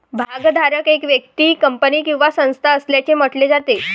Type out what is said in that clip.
भागधारक एक व्यक्ती, कंपनी किंवा संस्था असल्याचे म्हटले जाते